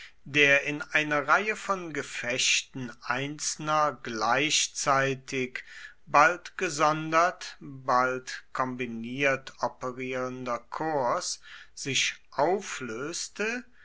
der in eine reihe von gefechten einzelner gleichzeitig bald gesondert bald kombiniert operierender korps sich auflöste